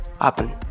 happen